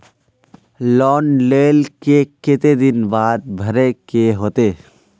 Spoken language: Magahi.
लोन लेल के केते दिन बाद भरे के होते?